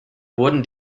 wurden